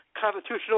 constitutional